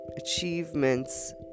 Achievements